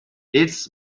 its